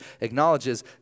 acknowledges